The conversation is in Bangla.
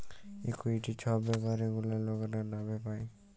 ইকুইটি ছব ব্যাপার গুলা লকরা লাভে পায়